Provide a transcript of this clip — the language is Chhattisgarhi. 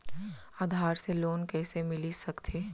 आधार से लोन कइसे मिलिस सकथे?